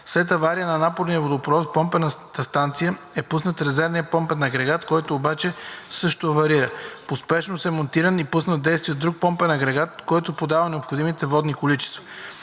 след авария на напорния водопровод в помпената станция е пуснат резервният помпен агрегат, който обаче също аварира. По спешност е монтиран и пуснат в действие друг помпен агрегат, който подава необходимите водни количества.